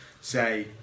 say